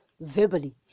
verbally